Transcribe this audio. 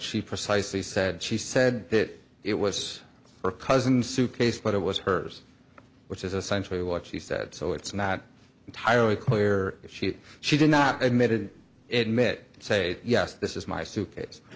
she precisely said she said that it was her cousin's suitcase but it was hers which is essential to what she said so it's not entirely clear if she she did not admitted it mit say yes this is my suitcase